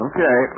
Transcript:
Okay